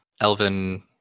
elven